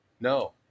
no